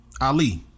Ali